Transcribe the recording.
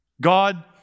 God